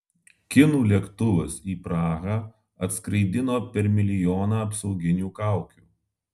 kinų lėktuvas į prahą atskraidino per milijoną apsauginių kaukių